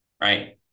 Right